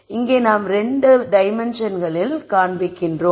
இங்கே நாம் 2 டைமென்ஷன்களில் காண்பிக்கிறோம்